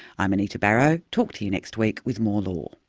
i'm anita barraud, talk to you next week with more law